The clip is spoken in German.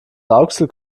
rauxel